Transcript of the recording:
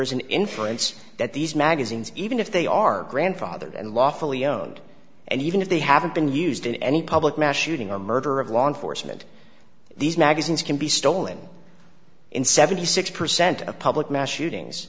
is an inference that these magazines even if they are grandfathered and lawfully own and even if they haven't been used in any public mass shooting or murder of law enforcement these magazines can be stolen in seventy six percent of public mass shootings